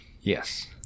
Yes